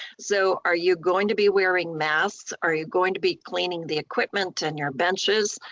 so are you going to be wearing masks? are you going to be cleaning the equipment and your benches?